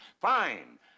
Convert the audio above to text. Fine